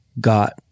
got